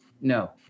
No